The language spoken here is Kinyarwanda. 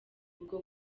ubwo